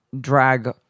drag